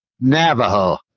Navajo